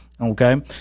Okay